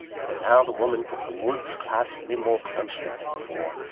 for now the woman from the woods clasped me more closely than before,